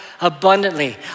abundantly